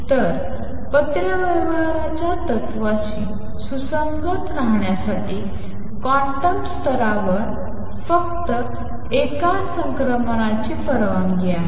तर पत्रव्यवहाराच्या तत्त्वाशी सुसंगत राहण्यासाठी क्वांटम स्तरावर फक्त एका संक्रमणाची परवानगी आहे